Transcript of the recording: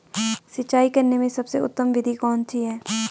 सिंचाई करने में सबसे उत्तम विधि कौन सी है?